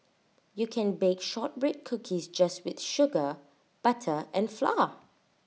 you can bake Shortbread Cookies just with sugar butter and flour